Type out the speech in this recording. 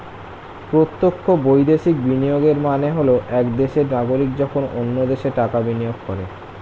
প্রত্যক্ষ বৈদেশিক বিনিয়োগের মানে হল এক দেশের নাগরিক যখন অন্য দেশে টাকা বিনিয়োগ করে